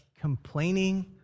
complaining